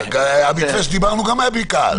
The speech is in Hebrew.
המתווה שדיברנו גם היה בלי קהל.